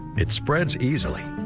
it spreads easily.